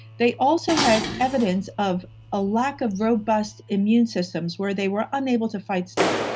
they also had evidence of a lack of robust immune systems where they were unable to fight stuff.